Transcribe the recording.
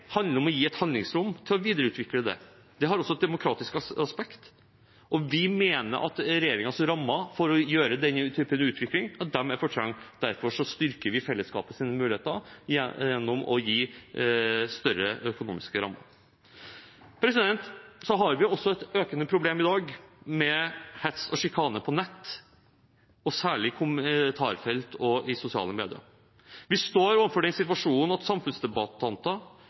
handler om å gi et handlingsrom til å videreutvikle det. Det har også et demokratisk aspekt. Vi mener at regjeringens rammer for å kunne få den typen utvikling er for trange. Derfor styrker vi fellesskapets muligheter gjennom å gi større økonomiske rammer. Vi har også et økende problem i dag med hets og sjikane på nett, særlig i kommentarfelt og i sosiale medier. Vi står overfor den situasjonen at